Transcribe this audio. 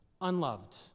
unloved